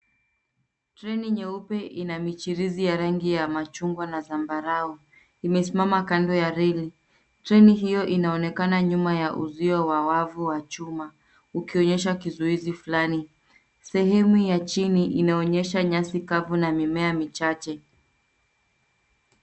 Treni nyeupe ina michirizi ya rangi ya machungwa na zambarau. Imesimama kando ya reli. Treni hiyo inaonekana nyuma ya uzio wa wavu wa chuma ukionyesha kizuizi fulani. Sehemu ya chini inaonyesha nyasi kavu na mimea michache.